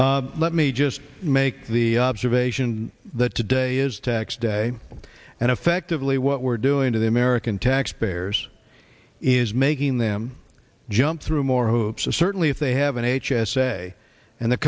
minutes let me just make the observation that today is tax day and effectively what we're doing to the american taxpayers is making them jump through more hoops and certainly if they have an h s a and the